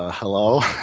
ah hello?